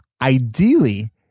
Ideally